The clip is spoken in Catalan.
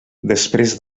després